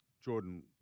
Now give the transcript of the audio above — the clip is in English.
Jordan